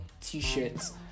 t-shirts